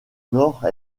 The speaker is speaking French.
nord